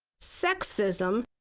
sexism,